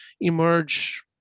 emerge